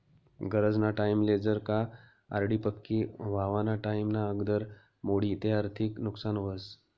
गरजना टाईमले जर का आर.डी पक्की व्हवाना टाईमना आगदर मोडी ते आर्थिक नुकसान व्हस